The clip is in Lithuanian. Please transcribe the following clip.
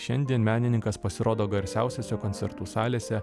šiandien menininkas pasirodo garsiausiose koncertų salėse